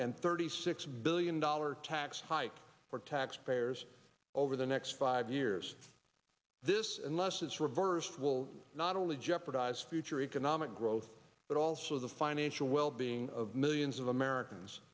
and thirty six billion dollar tax hike for taxpayers over the next five years this unless it's reversed will not only jeopardize future nomic growth but also the financial well being of millions of americans